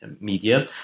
media